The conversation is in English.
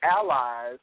allies